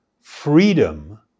freedom